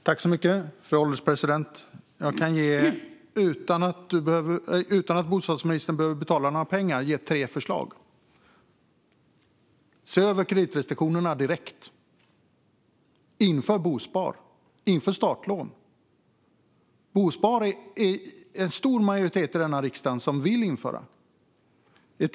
Fru ålderspresident! Jag kan utan att bostadsministern behöver betala några pengar ge tre förslag: Se över kreditrestriktionerna direkt. Inför bosparande. Inför startlån. Bosparande vill en stor majoritet i riksdagen införa.